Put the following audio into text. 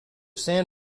san